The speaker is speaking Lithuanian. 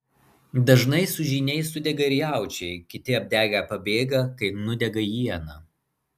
dažnai su žyniais sudega ir jaučiai kiti apdegę pabėga kai nudega iena